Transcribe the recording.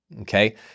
okay